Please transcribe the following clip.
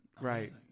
Right